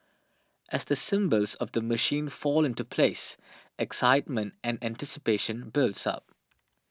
as the symbols of the machine fall into place excitement and anticipation builds up